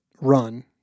run